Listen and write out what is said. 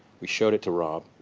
we showed it to rob.